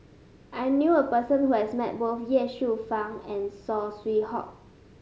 I knew a person who has met both Ye Shufang and Saw Swee Hock